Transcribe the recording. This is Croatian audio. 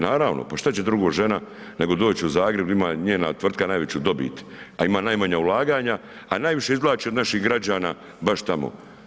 Naravno pa šta će drugo žena nego doći u Zagreb ima njena tvrtka najveću dobit, a ima najmanje ulaganja, a najviše izvlaći od naših građana baš tamo.